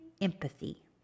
empathy